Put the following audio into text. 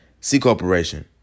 C-Corporation